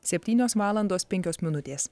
septynios valandos penkios minutės